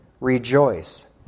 Rejoice